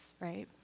right